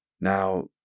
Now